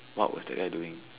what was that guy doing